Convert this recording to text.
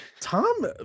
Tom